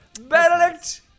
Benedict